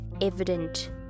evident